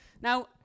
Now